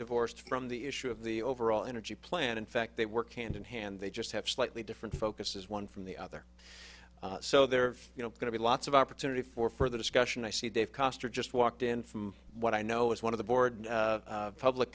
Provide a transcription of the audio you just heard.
divorced from the issue of the overall energy plan in fact they were canned in hand they just have slightly different focuses one from the other so they're you know going to be lots of opportunity for further discussion i see dave koster just walked in from what i know is one of the board public